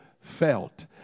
felt